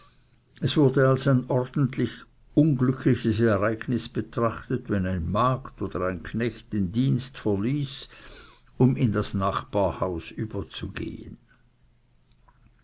es wurde als ein ordentlich unglückliches ereignis betrachtet wenn eine magd oder ein knecht den dienst verließ um in das nachbarhaus überzugehen